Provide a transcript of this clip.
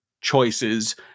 choices